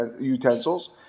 utensils